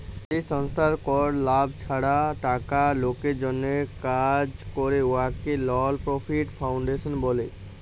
যে সংস্থার কল লাভ ছাড়া টাকা লকের জ্যনহে কাজ ক্যরে উয়াকে লল পরফিট ফাউল্ডেশল ব্যলে